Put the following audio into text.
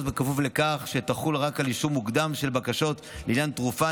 בכפוף לכך שתחול רק על אישור מוקדם של בקשות לעניין תרופה,